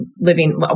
living